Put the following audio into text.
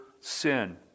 sin